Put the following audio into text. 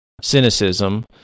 cynicism